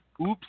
oops